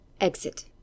Exit